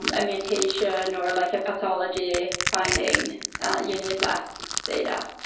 um a mutation, or like a pathology, find a unit last data.